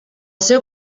seu